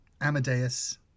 Amadeus